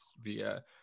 via